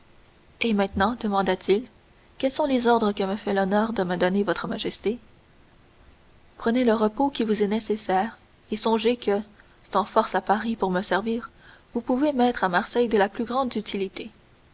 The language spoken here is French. et maintenant demanda-t-il quels sont les ordres que me fait l'honneur de me donner votre majesté prenez le repos qui vous est nécessaire et songez que sans force à paris pour me servir vous pouvez m'être à marseille de la plus grande utilité